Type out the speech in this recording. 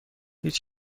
هیچ